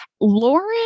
Lauren